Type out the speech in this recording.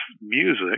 music